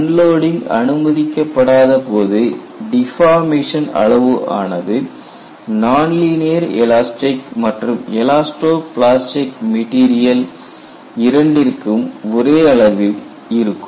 unloading அனுமதிக்கப்படாத போது deformation அளவு ஆனது நான்லீனியர் எலாஸ்டிக் மற்றும் எலாஸ்டோ பிளாஸ்டிக் மெட்டீரியல் இரண்டிற்கும் ஒரே அளவில் இருக்கும்